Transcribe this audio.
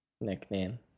nickname